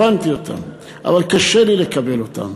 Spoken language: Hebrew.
הבנתי אותם, אבל קשה לי לקבל אותם.